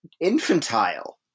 infantile